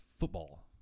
football